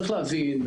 צריך להבין,